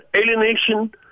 alienation